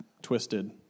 twisted